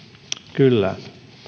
kyllä